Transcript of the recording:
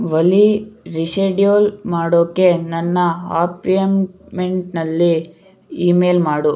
ಒಲೀ reschedule ಮಾಡೋಕೆ ನನ್ನ ಅಪ್ಯಾಂಟ್ಮೆಂಟ್ನಲ್ಲಿ ಇ ಮೇಲ್ ಮಾಡು